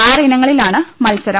ആറ് ഇനങ്ങളിലാണ് മത്സരം